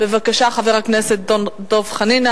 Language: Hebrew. בבקשה, חבר הכנסת דב חנין.